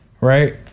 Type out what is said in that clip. Right